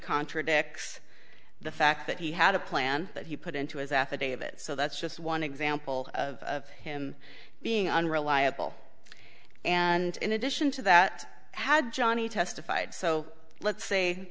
contradicts the fact that he had a plan that he put into his affidavit so that's just one example of him being unreliable and in addition to that had johnnie testified so let's say